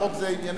זה עניינך,